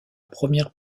première